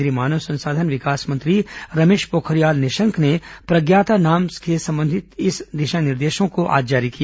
केंद्रीय मानव संसाधन विकास मंत्री रमेश पोखरियाल निशंक ने प्रज्ञाता के नाम से संबंधित इन दिशा निर्देशों को आज जारी किया